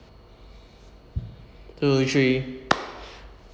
two three